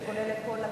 זה כולל את כל,